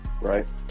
right